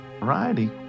Righty